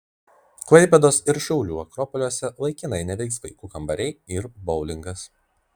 klaipėdos ir šiaulių akropoliuose laikinai neveiks vaikų kambariai ir boulingas